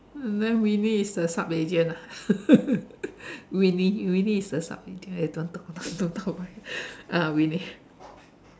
then Winnie is the sub agent ah Winnie Winnie is the sub agent ah don't talk about don't talk about it ah Winnie